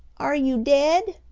are you dead?